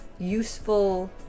useful